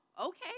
okay